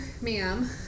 ma'am